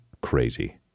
crazy